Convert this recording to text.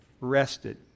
rested